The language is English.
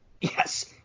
Yes